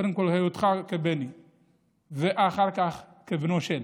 קודם כול על היותך בני ואחר כך כ"בנו של".